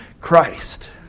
Christ